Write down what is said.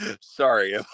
Sorry